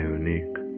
unique